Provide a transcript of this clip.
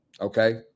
okay